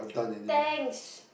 thanks